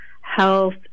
health